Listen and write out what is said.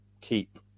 keep